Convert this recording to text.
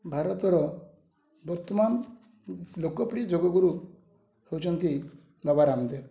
ଭାରତର ବର୍ତ୍ତମାନ ଲୋକପ୍ରିୟ ଯୋଗଗୁରୁ ହେଉଛନ୍ତି ବାବା ରାମଦେବ